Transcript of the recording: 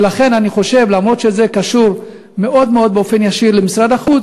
ולכן אני חושב שלמרות שזה קשור מאוד מאוד באופן ישיר למשרד החוץ,